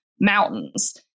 mountains